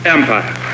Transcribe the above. Empire